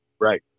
Right